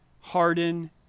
harden